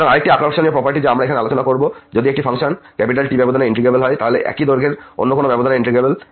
সুতরাং আরেকটি আকর্ষণীয় প্রপার্টি যা আমরা এখানে আলোচনা করবো যদি একটি ফাংশন T ব্যবধানে ইন্টিগ্রেবল হয় তাহলে এটি একই দৈর্ঘ্যের অন্য কোন ব্যবধানে ইন্টিগ্রেবল